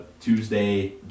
Tuesday